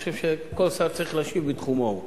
אני חושב שכל שר צריך להשיב בתחומו הוא.